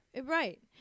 Right